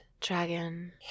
dragon